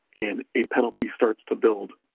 and a penalty starts to build.